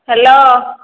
hello